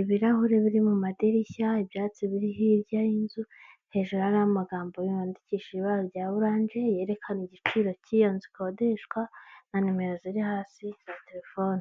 ibirahuri biri mu madirishya ibyatsi biri hirya y'inzu, hejuru hari amagambo yandikishije ibara rya oranje, yerekana igiciro cy'iyo nzu nuko ikodeshwa na nimero ziri hasi za telefone.